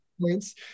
points